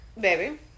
Baby